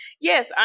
Yes